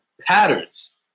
patterns